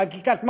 חקיקת מגן,